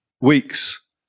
weeks